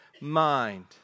mind